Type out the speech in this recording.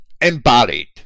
embodied